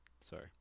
Sorry